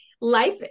life